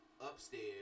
Upstairs